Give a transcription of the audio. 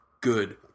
good